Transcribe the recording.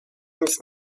nic